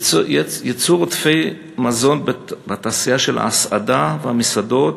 ייצור עודפי מזון בתעשייה של ההסעדה והמסעדות: